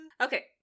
Okay